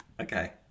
Okay